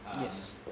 Yes